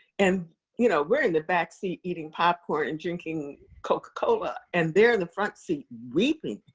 and you know we're in the backseat eating popcorn and drinking coca-cola, and they're in the front seat weeping.